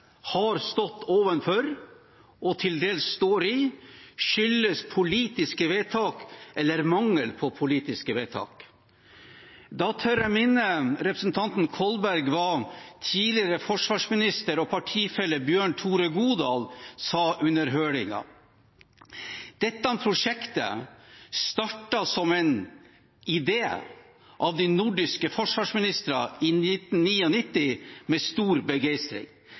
har stått overfor og til dels står i, skyldes politiske vedtak – eller mangel på politiske vedtak. Da tør jeg minne representanten Kolberg om hva tidligere forsvarsminister og partifelle Bjørn Tore Godal sa under høringen. Dette prosjektet startet som en idé av de nordiske forsvarsministrene i 1999 med stor begeistring,